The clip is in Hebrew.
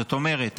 זאת אומרת,